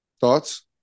Thoughts